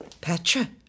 Petra